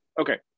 Okay